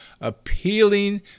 appealing